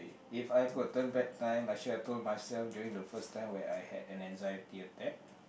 if I could turn back time I should have told myself during the first time when I had an anxiety attack